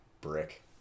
brick